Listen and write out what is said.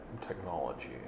technology